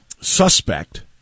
suspect